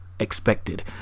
expected